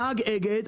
נהג אגד,